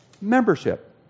membership